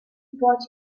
bought